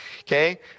okay